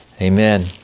Amen